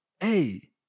Hey